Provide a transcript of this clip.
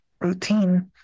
routine